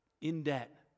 in-debt